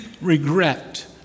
regret